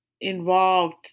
involved